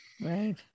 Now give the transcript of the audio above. Right